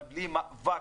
אבל בלי מאבק אמיתי בשטח,